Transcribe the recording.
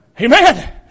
Amen